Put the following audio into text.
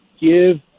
give